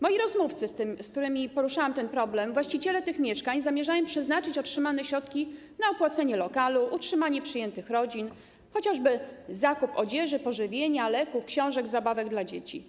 Moi rozmówcy, z którymi poruszałam ten problem, właściciele tych mieszkań, zamierzają przeznaczyć otrzymane środki na opłacenie lokalu, utrzymanie przyjętych rodzin, chociażby zakup odzieży, pożywienia, leków, książek, zabawek dla dzieci.